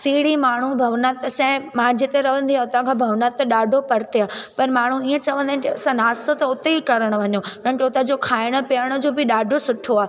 सीढ़ी माण्हू भवनाथ असांजे मां जिते रहंदी आहे हुतां खां भवनाथ त ॾाढो परते आहे पर माण्हू हीअं चवंदा आहिनि की असां नाश्तो त हुतेई करण वञूं हुननि खे हुतां जो खाइणु पीअण जो बि ॾाढो सुठो आहे